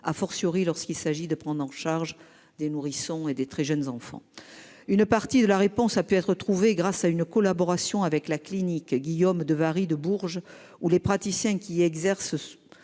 à fortiori lorsqu'il s'agit de prendre en charge des nourrissons et des très jeunes enfants. Une partie de la réponse a pu être retrouvée grâce à une collaboration avec la clinique Guillaume II varie de Bourges où les praticiens qui exercent.